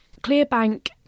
ClearBank